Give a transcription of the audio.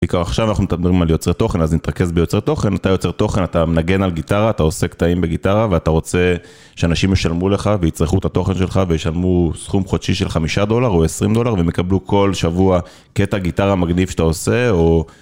עכשיו אנחנו מדברים על יוצר תוכן אז נתרכז ביוצר תוכן, אתה יוצר תוכן, אתה מנגן על גיטרה, אתה עושה קטעים בגיטרה, ואתה רוצה שאנשים ישלמו לך ויצרכו את התוכן שלך, וישלמו סכום חודשי של חמישה דולר או עשרים דולר, והם יקבלו כל שבוע קטע גיטרה מגניב שאתה עושה או...